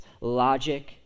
logic